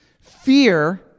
Fear